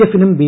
എഫിനും ബി